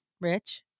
rich